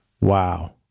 Wow